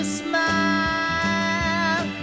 smile